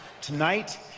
tonight-